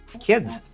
kids